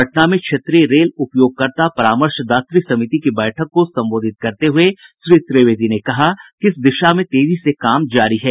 पटना में क्षेत्रीय रेल उपयोगकर्ता परामर्शदात समिति की बैठक को संबोधित करते हुये श्री त्रिवेदी ने कहा कि इस दिशा में तेजी से काम जारी है